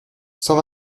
cent